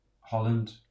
Holland